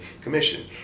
commission